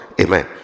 amen